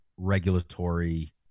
Regulatory